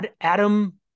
Adam